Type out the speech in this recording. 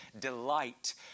delight